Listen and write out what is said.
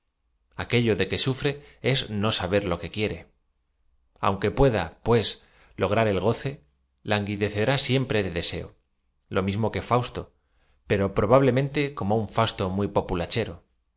aquello de que sufre es no saber lo que quiere aunque pueda pues lograr e l goce languidecerá siempre de deseo lo mismo que fausto pero probablemente como un fausto muy